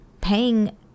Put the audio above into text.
paying